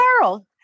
Carl